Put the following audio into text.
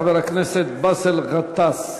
חבר הכנסת באסל גטאס.